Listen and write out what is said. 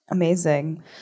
Amazing